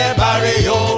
barrio